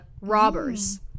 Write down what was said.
robbers